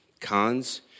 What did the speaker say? Cons